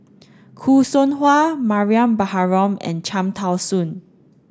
Khoo Seow Hwa Mariam Baharom and Cham Tao Soon